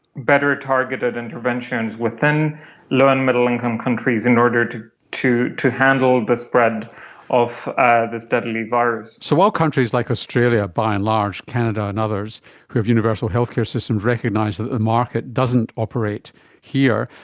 better targeted interventions within low and middle income countries in order to to handle the spread of this deadly virus. so while countries like australia, by and large, canada and others who have universal health care systems, recognise that the market doesn't operate here,